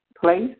place